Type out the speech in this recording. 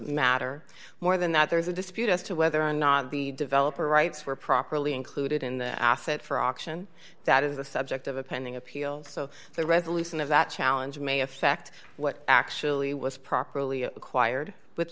matter more than that there is a dispute as to whether or not the developer rights were properly included in the asset for auction that is the subject of a pending appeal so the resolution of that challenge may affect what actually was properly acquired with